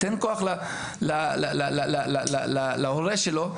תן כוח להורה שלו.